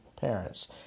parents